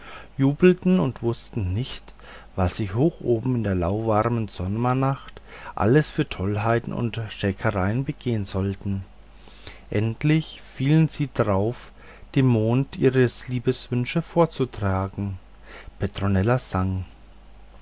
jubelten und wußten nicht was sie hoch oben in der lauwarmen sommernacht alles für tollheit und schäkerei begehen sollten endlich fielen sie darauf dem monde ihre lieblingswünsche vorzutragen petronella sang